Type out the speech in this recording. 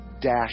dash